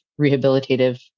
rehabilitative